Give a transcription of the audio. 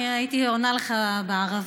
אני הייתי עונה לך בערבית,